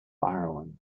ireland